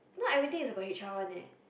not everything is about h_r one leh